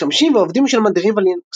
משתמשים ועובדים של מנדריבה לינוקס.